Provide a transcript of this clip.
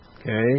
okay